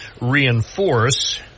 reinforce